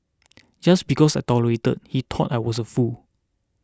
just because I tolerated he thought I was a fool